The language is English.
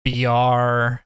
BR